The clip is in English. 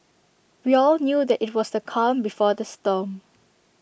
we all knew that IT was the calm before the storm